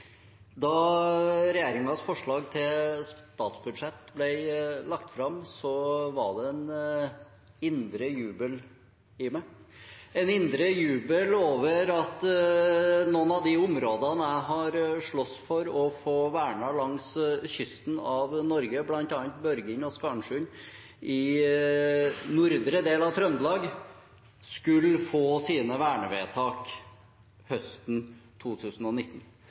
Da regjeringens forslag til statsbudsjett ble lagt fram, var det en indre jubel i meg – en indre jubel over at noen av de områdene jeg har slåss for å få vernet langs kysten av Norge, bl.a. Børgin og Skarnsund i nordre del av Trøndelag, skulle få sine vernevedtak høsten 2019.